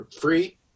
free